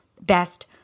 best